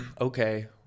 okay